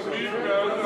אתה זמני.